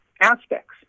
aspects